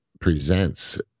presents